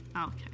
Okay